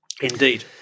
Indeed